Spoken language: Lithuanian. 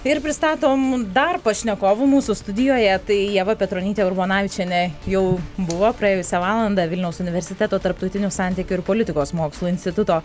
ir pristatom dar pašnekovų mūsų studijoje tai ieva petronytė urbonavičienė jau buvo praėjusią valandą vilniaus universiteto tarptautinių santykių ir politikos mokslų instituto